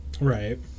Right